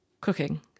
cooking